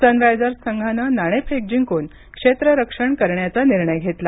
Sunrisers संघानं नाणेफेक जिंकून क्षेत्ररक्षण करण्याचा निर्णय घेतला